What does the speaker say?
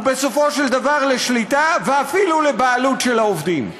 ובסופו של דבר לשליטה, ואפילו לבעלות, של העובדים.